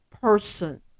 person